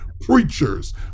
preachers